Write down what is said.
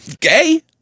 gay